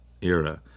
era